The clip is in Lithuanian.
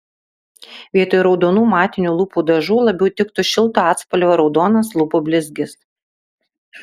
vietoj raudonų matinių lūpų dažų labiau tiktų šilto atspalvio raudonas lūpų blizgis